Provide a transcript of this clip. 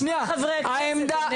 איפה כל חברי הכנסת?